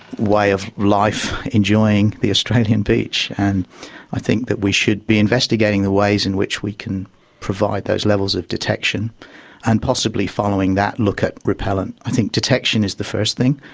way of life, enjoying the australian beach, and i think that we should be investigating the ways in which we can provide those levels of detection and possibly, following that, look at repellent. i think detection is the first thing,